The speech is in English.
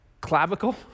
clavicle